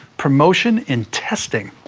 promotion, and testing.